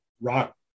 rock